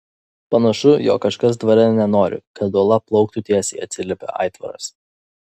panašu jog kažkas dvare nenori kad uola plauktų tiesiai atsiliepė aitvaras